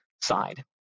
side